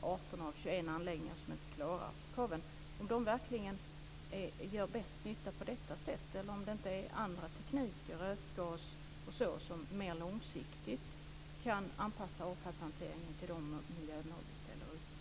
18 av 21 anläggningar som inte klarar kraven gör bäst nytta på detta sätt. Är det inte så att andra tekniker, t.ex. rökgasanläggningar e.d., mera långsiktigt kan anpassa avfallshanteringen till de miljömål som vi ställer upp?